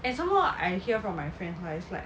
and some more I hear from my friend but is like